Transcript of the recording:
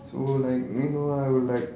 so like you know I will like